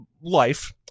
life